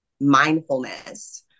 mindfulness